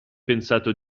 pensato